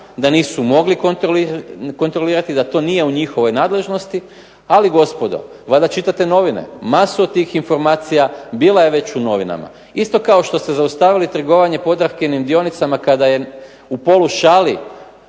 da nisu mogli kontrolirati da to nije u njihovoj nadležnosti. Ali gospodo, valjda čitate novine, masu od tih informacija bila je već u novinama. Isto kao što se zaustavilo trgovanje POdravkinim dionicama kada je u polušali